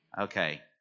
Okay